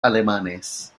alemanes